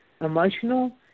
emotional